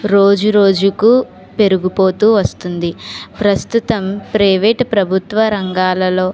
రోజు రోజుకు పెరిగిపోతూ వస్తుంది ప్రస్తుతం ప్రైవేట్ ప్రభుత్వ రంగాలలో